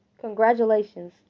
congratulations